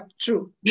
True